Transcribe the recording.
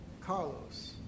Carlos